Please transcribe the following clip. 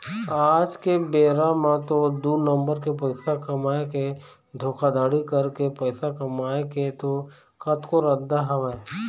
आज के बेरा म तो दू नंबर के पइसा कमाए के धोखाघड़ी करके पइसा कमाए के तो कतको रद्दा हवय